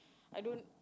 I don't